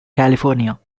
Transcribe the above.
california